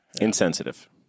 Insensitive